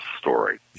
story